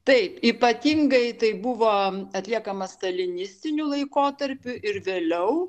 taip ypatingai tai buvo atliekama stalinistiniu laikotarpiu ir vėliau